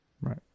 Right